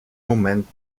moment